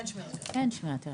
אין שמירת הריון.